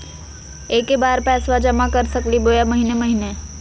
एके बार पैस्बा जमा कर सकली बोया महीने महीने?